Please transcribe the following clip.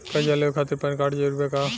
कर्जा लेवे खातिर पैन कार्ड जरूरी बा?